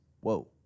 Whoa